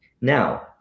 Now